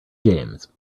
james